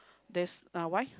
there's uh why